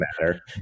matter